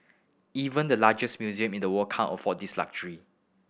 even the largest museum in the world can't afford this luxury